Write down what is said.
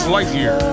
Lightyear